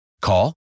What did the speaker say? Call